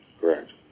Correct